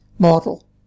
model